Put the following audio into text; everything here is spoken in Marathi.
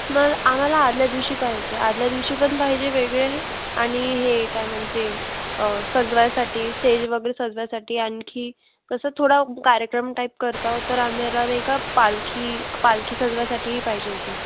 मला आम्हाला आधल्या दिवशी पाहिजे आधल्या दिवशी पण पाहिजे वेगळे आणि हे काय म्हणते सजवायसाठी स्टेज वगैरे सजवायसाठी आणखी तसं थोडा कार्यक्रम टाईप करत आहोत तर आम्हाला नाही का पालखी पालखी सजवायसाठीही पाहिजे होती